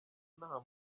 nta